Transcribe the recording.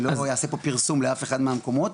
אני לא אעשה פה פרסום לאף אחד מהמקומות,